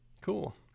Cool